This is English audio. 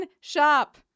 shop